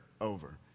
over